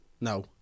No